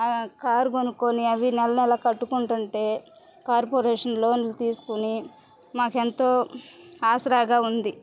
car కొనుక్కొని అవి నెల నెల కట్టుకుంటుంటే కార్పొరేషన్ లోన్లు తీసుకుని మాకు ఎంతో ఆసరాగా ఉంది